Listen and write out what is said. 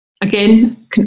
Again